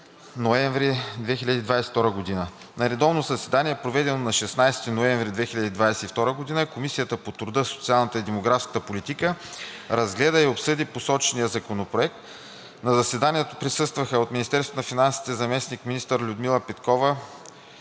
ноември 2022 г. На редовно заседание, проведено на 16 ноември 2022 г., Комисията по труда, социалната и демографската политика разгледа и обсъди посочения законопроект. На заседанието присъстваха: от Министерството на финансите – заместник-министър Людмила Петкова,